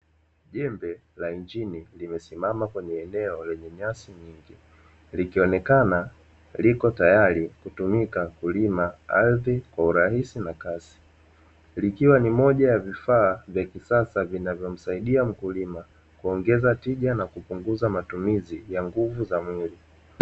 Jembe la injini limesimama kwenye eneo lenye nyasi nyingi, likionekana liko tayari kutumika kulima ardhi kwa urahisi na kasi. Likiwa ni moja ya vifaa vya kisasa vinavyomsaidia mkulima kuongeza tija na kupunguza matumizi ya nguvu za mwili.